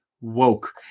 woke